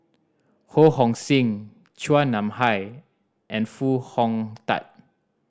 Ho Hong Sing Chua Nam Hai and Foo Hong Tatt